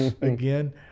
again